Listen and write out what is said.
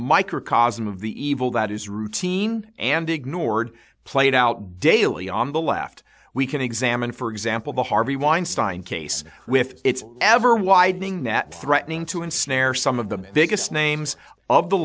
microcosm of the evil that is routine and ignored played out daily on the left we can examine for example the harvey weinstein case with its ever widening net threatening to ensnare some of the biggest names of the